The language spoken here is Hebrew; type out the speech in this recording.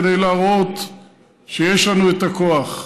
כדי להראות שיש לנו את הכוח.